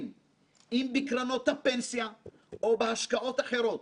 אם בקרנות הפנסיה ואם בהשקעות אחרות,